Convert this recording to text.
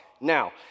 Now